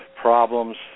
problems